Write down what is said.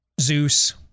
Zeus